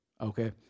okay